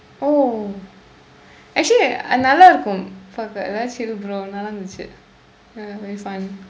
oh actually நல்லா இருக்கும்:nallaa irukkum for the lets chill bro நல்லா இருந்துச்சு:nallaa irundthuchsu lends ya very fun